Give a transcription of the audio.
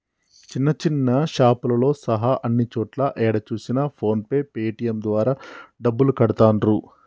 చిన్న చిన్న షాపులతో సహా అన్ని చోట్లా ఏడ చూసినా ఫోన్ పే పేటీఎం ద్వారా డబ్బులు కడతాండ్రు